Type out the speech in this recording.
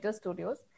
studios